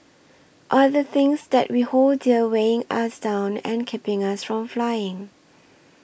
are the things that we hold dear weighing us down and keeping us from flying